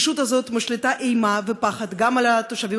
הישות הזאת משליטה אימה ופחד גם על התושבים